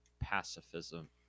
Pacifism